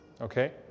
okay